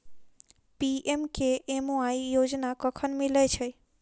PMKMY योजना कखन मिलय छै?